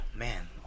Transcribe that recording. man